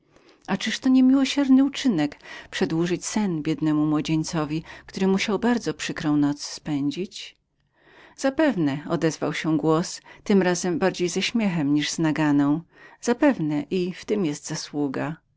i czyliż to nie miłosierny uczynek przedłużyć sen biednemu młodzieńcowi który musiał bardzo przykrą noc przepędzić zapewne rzekł głos tym razem bardziej śmiejący się niż surowy zapewne i w tem jest zasługa